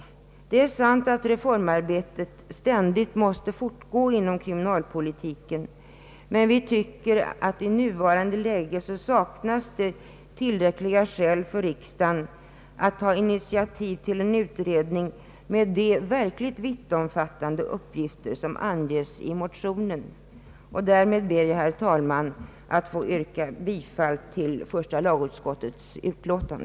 Det är sant att reformarbetet ständigt måste fortgå inom kriminalpolitiken, men vi anser att i nuvarande läge saknas tillräckliga skäl för riksdagen att ta initiativ till en utredning med de verkligt vittomfattande uppgifter som anges i motionen. Därmed ber jag, herr talman, att få yrka bifall till första lagutskottets förslag.